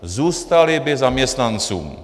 Zůstaly by zaměstnancům!